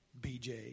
BJ